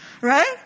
right